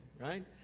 Right